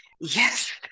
Yes